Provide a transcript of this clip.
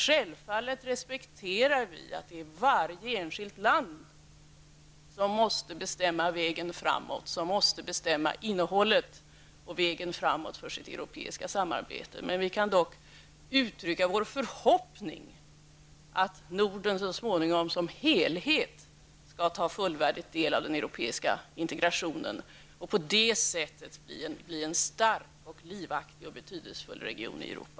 Självfallet respekterar vi att det är varje enskilt land som måste bestämma vägen framåt och innehållet för sitt europeiska samarbete, men vi vill dock uttrycka vår förhoppning att Norden så småningom som helhet fullvärdigt skall ta del av av den europeiska integrationen och på detta sätt bli en stark, livaktig och betydelsefull region i Europa.